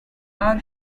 are